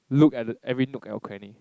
look at the every nook or cranny